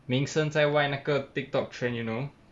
名声在外那个 TikTok trend you know